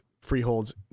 freeholds